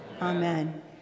Amen